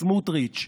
סמוטריץ',